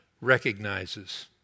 recognizes